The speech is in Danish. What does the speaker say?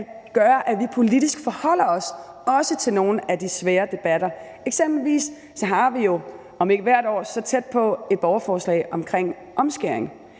gøre, at vi politisk også forholder os til nogle af de svære debatter. Eksempelvis har vi jo, om ikke hvert år, så tæt på, et borgerforslag omkring omskæring.